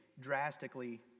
drastically